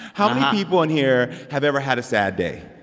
how many people in here have ever had a sad day?